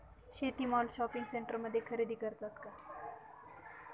शेती माल शॉपिंग सेंटरमध्ये खरेदी करतात का?